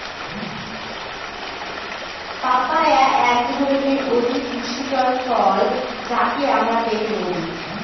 papaya একধরনের অতি পুষ্টিকর ফল যাকে আমরা পেঁপে বলি